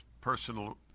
personal